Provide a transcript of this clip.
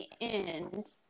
end